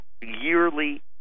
yearly